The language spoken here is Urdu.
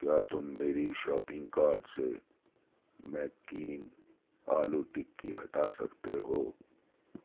کیا تم میری شاپنگ کارڈ سے میک کین آلو ٹکی ہٹا سکتے ہو